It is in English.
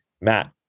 Matt